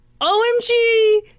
OMG